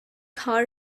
hour